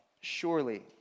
surely